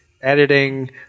editing